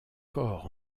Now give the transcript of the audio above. corps